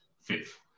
fifth